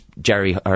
Jerry